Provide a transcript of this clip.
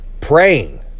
praying